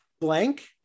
blank